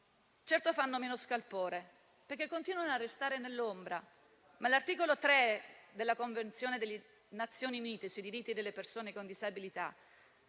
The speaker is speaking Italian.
Certo fanno meno scalpore, perché continuano a restare nell'ombra, ma l'articolo 3 della Convenzione delle Nazioni unite sui diritti delle persone con disabilità